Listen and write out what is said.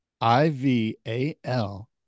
I-V-A-L